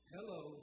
Hello